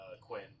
Quinn